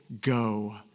Go